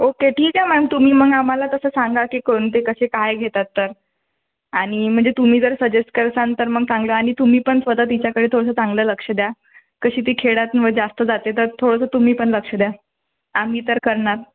okay ठीक आहे ma'am तुम्ही मग आम्हाला तसं सांगा की कोणते कसे काय घेतात तर आणि म्हणजे तुम्ही जर सजेस्ट करसान तर मग चांगलं आणि तुम्ही पण स्वत तिच्याकडे थोडंसं चांगलं लक्ष द्या तशी ती खेळातनं जास्त जाते तर थोडंसं तुम्हीपण जास्त लक्ष द्या आम्ही तर करणार